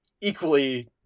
equally